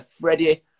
Freddie